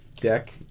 deck